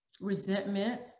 resentment